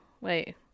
wait